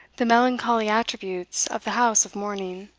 the melancholy attributes of the house of mourning.